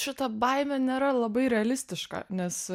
šita baimė nėra labai realistiška nes